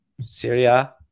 Syria